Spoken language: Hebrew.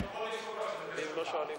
אדוני היושב-ראש,